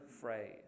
phrase